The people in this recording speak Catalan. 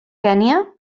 kenya